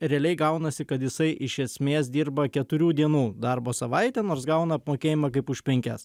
realiai gaunasi kad jisai iš esmės dirba keturių dienų darbo savaitę nors gauna apmokėjimą kaip už penkias